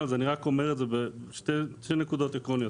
אני רק אומר את זה בשתי נקודות עקרוניות,